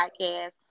Podcast